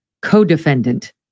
co-defendant